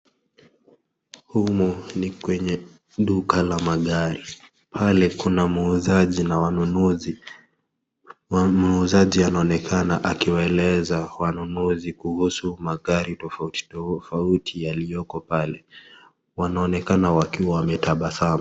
Humu ni kwenye duka la magari, ambalo kuna muuzaji na wanunuzi, muuzaji anaonekana akiwaeleza wanunuzi kuhusu magari tofauti tofauti yaliyoko pale wanaonekana wakiwa wametabasamu .